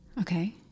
Okay